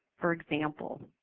for example,